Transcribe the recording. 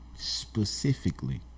Specifically